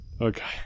Okay